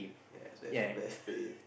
yes that is the best place